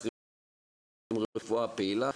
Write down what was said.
צריכים רפואה פעילה,